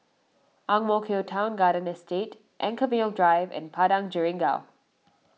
Ang Mo Kio Town Garden estate Anchorvale Drive and Padang Jeringau